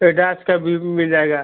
ADAS का भी मिल जाएगा